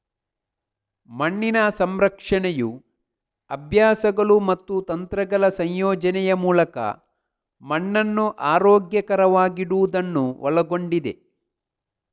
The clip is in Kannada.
ಮಣ್ಣಿನ ಸಂರಕ್ಷಣೆಯು ಅಭ್ಯಾಸಗಳು ಮತ್ತು ತಂತ್ರಗಳ ಸಂಯೋಜನೆಯ ಮೂಲಕ ಮಣ್ಣನ್ನು ಆರೋಗ್ಯಕರವಾಗಿಡುವುದನ್ನು ಒಳಗೊಂಡಿದೆ